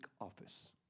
office